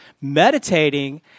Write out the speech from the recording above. Meditating